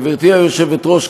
גברתי היושבת-ראש,